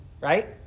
Right